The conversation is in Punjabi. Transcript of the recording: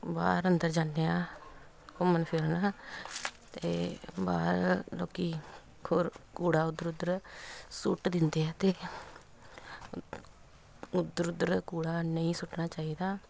ਬਾਹਰ ਅੰਦਰ ਜਾਂਦੇ ਹਾਂ ਘੁੰਮਣ ਫਿਰਨ ਤਾਂ ਬਾਹਰ ਲੋਕ ਖੁਰ ਕੂੜਾ ਉੱਧਰ ਉੱਧਰ ਸੁੱਟ ਦਿੰਦੇ ਆ ਅਤੇ ਉੱਧਰ ਉੱਧਰ ਕੂੜਾ ਨਹੀਂ ਸੁੱਟਣਾ ਚਾਹੀਦਾ